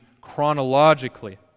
chronologically